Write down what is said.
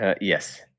yes